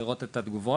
לראות את התגובות.